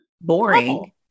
boring